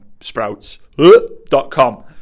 Sprouts.com